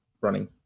running